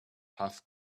half